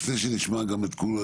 לפני שנשמע עוד.